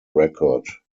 record